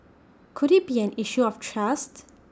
could IT be an issue of trust